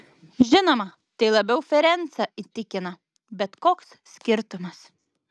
žinoma tai labiau ferencą įtikina bet koks skirtumas